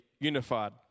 unified